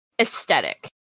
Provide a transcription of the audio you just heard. aesthetic